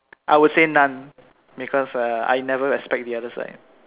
I will say none because uh I never expect the other side